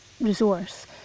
resource